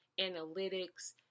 analytics